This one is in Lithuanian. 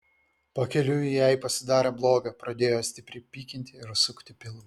pakeliui jai pasidarė bloga pradėjo stipriai pykinti ir sukti pilvą